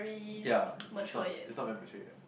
ya it's not it's not membership yet